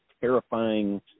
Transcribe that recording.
terrifying